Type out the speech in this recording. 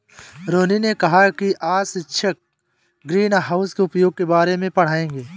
रोहिनी ने कहा कि आज शिक्षक ग्रीनहाउस के उपयोग के बारे में पढ़ाएंगे